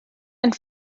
and